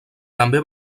també